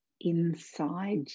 inside